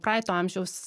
praeito amžiaus